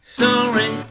sorry